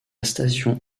station